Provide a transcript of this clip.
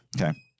Okay